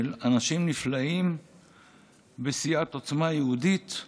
של אנשים נפלאים מסיעת עוצמה יהודית,